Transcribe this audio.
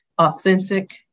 authentic